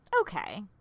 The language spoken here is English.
okay